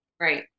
Right